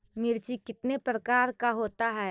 मिर्ची कितने प्रकार का होता है?